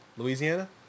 Louisiana